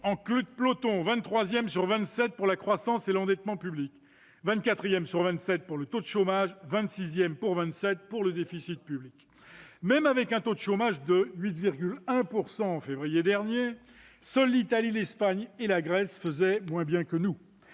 nous étions 23 pour la croissance et l'endettement public, 24 pour le taux de chômage, 26 pour le déficit public. Même avec un taux de chômage de 8,1 % en février dernier, seules l'Italie, l'Espagne et la Grèce faisaient moins bien que nous.